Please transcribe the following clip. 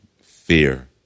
fear